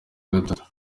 gatatu